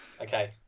okay